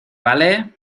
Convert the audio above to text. vale